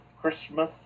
Christmas